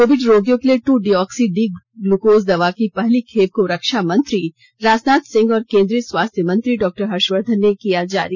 Covid रोगियों के लिए टू डीऑक्सी डी ग्लूकोस दवा की पहली खेप को रक्षा मंत्री राजनाथ सिंह और केंद्रीय स्वास्थ्य मंत्री डॉक्टर हर्षवर्धन ने किया जारी